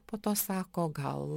po to sako gal